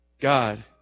God